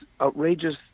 outrageous